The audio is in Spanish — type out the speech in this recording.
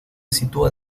sitúa